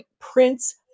Prince